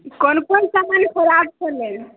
कोन कोन समान खराप छलै